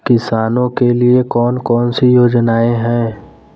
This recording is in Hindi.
किसानों के लिए कौन कौन सी योजनाएं हैं?